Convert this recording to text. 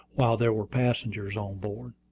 while there were passengers on board.